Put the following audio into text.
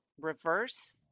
reverse